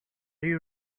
you